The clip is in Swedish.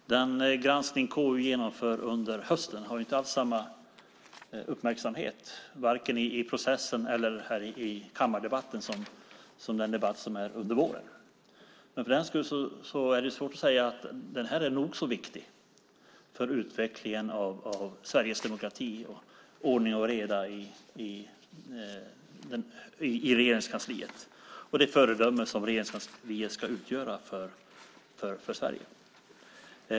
Fru talman! Den granskning KU genomför under hösten har inte haft samma uppmärksamhet vare sig i processen eller här i kammardebatten som den granskning och debatt som är under våren. För den skull är den här granskningen nog så viktig för utvecklingen av Sveriges demokrati och ordning och reda i Regeringskansliet. Det gäller det föredöme som Regeringskansliet ska utgöra för Sverige.